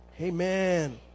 Amen